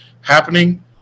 happening